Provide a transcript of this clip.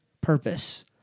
purpose